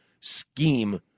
scheme